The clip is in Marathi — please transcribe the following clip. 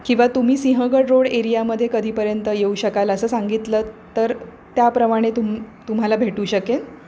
किंवा तुम्ही सिंहगड रोड एरियामध्ये कधीपर्यंत येऊ शकाल असं सांगितलं तर त्याप्रमाणे तुम तुम्हाला भेटू शकेन